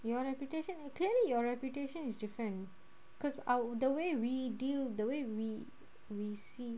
your reputation clearly your reputation is different cause our the way we deal the way we we see